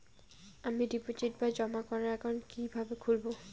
আমি ডিপোজিট বা জমা করার একাউন্ট কি কিভাবে খুলবো?